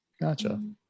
Gotcha